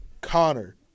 Connor